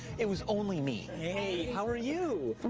it was only me. hey. how are you?